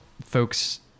folks